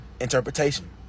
interpretation